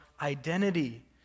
identity